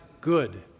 good